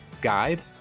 guide